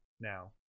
now